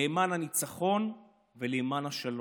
למען הניצחון ולמען השלום.